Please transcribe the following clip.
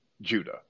Judah